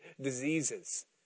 diseases